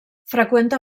freqüenta